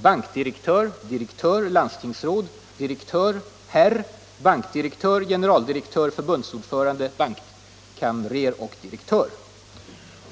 bankdirektör.